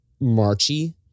marchy